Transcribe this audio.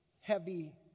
heavy